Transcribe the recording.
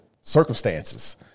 circumstances